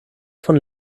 von